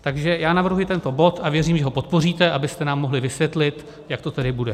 Takže já navrhuji tento bod a věřím, že ho podpoříte, abyste nám mohli vysvětlit, jak to tedy bude.